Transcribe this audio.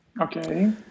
Okay